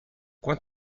coin